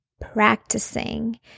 practicing